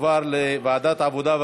לוועדת העבודה,